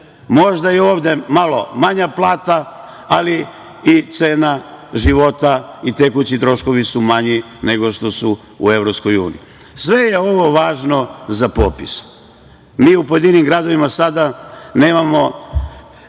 Možda je ovde malo manja plata, ali i cena života i tekući troškovi su manji nego što su u EU.Sve je ovo važno za popis. Mi u pojedinim gradovima sada nemamo